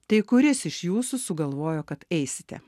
tai kuris iš jų sugalvojo kad eisite